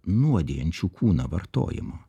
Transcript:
nuodijančių kūną vartojimo